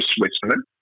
Switzerland